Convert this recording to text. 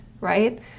right